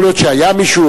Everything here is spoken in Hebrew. יכול להיות שהיה מישהו,